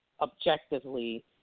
objectively